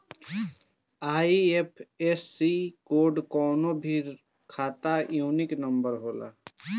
IFSC code कवनो भी खाता यूनिक नंबर होला